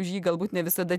už jį galbūt ne visada